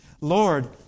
Lord